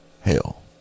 hell